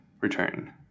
return